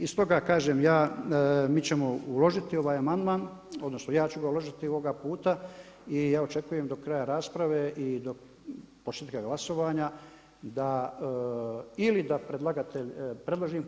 I stoga, kažem ja, mi ćemo uložiti amandman, odnosno ja ću ga uložiti ovoga puta i ja očekujem do kraja rasprave i do početka glasovanja da ili da predlagatelj predloži